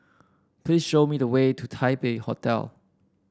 please show me the way to Taipei Hotel